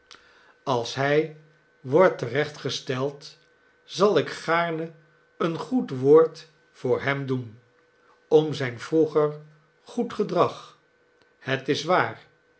als hij wordt te recht gesteld zal ik gaarne een goed wooid voor hem doen om zijn vroeger goed gedrag het is waar